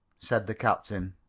said the captain.